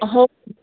ହଉ